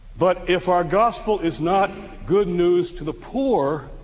but if our gospel is not good news to the poor,